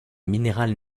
minérale